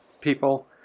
people